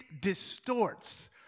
distorts